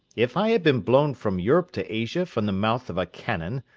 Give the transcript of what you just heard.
if i had been blown from europe to asia from the mouth of a cannon,